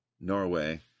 Norway